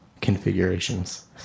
configurations